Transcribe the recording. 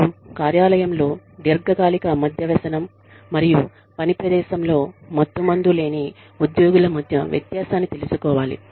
మీరు కార్యాలయంలో దీర్ఘకాలిక మద్య వ్యసనం మరియు పని ప్రదేశంలో మత్తుమందు లేని ఉద్యోగుల మధ్య వ్యత్యాసాన్ని తెలుసుకోవాలి